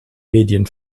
medien